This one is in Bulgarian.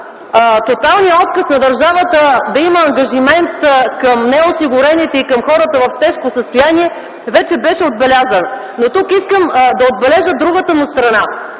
Тоталният отказ на държавата да има ангажимент към неосигурените и към хората в тежко състояние вече беше отбелязан. Но тук искам да отбележа другата му страна,